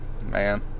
man